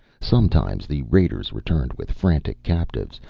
sometimes the raiders returned with frantic captives,